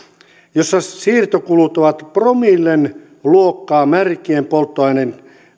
jossa siirtokulut ovat promillen luokkaa märkien polttoaineiden